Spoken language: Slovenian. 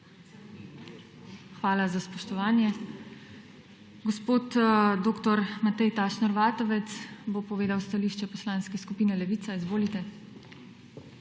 Hvala za spoštovanje. Gospod dr. Matej Tašner Vatovec bo povedal stališče Poslanske skupine Levica. Izvolite.